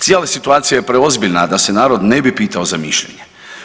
Cijela situacija je preozbiljna, a da se narod ne bi pitao za mišljenje.